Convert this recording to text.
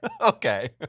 Okay